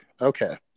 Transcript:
okay